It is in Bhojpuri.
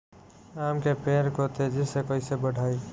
आम के पेड़ को तेजी से कईसे बढ़ाई?